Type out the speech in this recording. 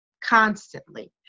constantly